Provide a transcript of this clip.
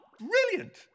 brilliant